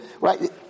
right